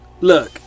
Look